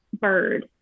bird